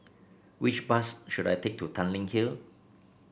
which bus should I take to Tanglin Hill